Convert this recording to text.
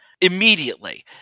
immediately